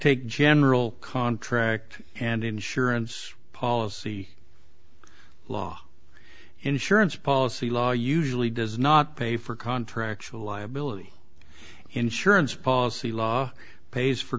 take general contract and insurance policy law insurance policy law usually does not pay for contracts with liability insurance policy law pays for